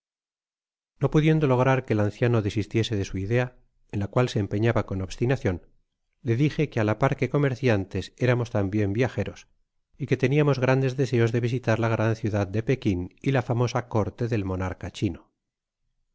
no pudiendo lograr que el anciano desistiese de su idea en la cual se empellaba con obstinacion le dije que á la par que comerciantes éramos tambien viajeros y que temamos grandes deseos de visitar la gran ciudad de pekin y la famosa corte del monarca chino